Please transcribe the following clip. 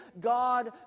God